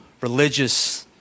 religious